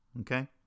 okay